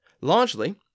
Largely